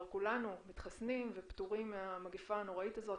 כולנו מתחסנים ופטורים מן המגפה הנוראית הזאת,